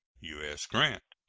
u s. grant.